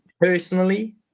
personally